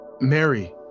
Mary